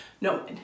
no